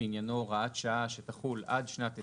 שעניינו הוראת שעה שתחול עד שנת 2030,